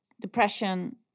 depression